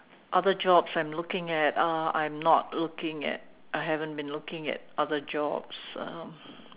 other jobs I'm looking at uh I'm not looking at I haven't been looking at other jobs uh